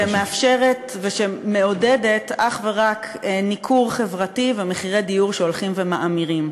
ושמאפשרת ושמעודדת אך ורק ניכור חברתי ומחירי דיור שהולכים ומאמירים.